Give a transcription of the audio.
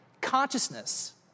consciousness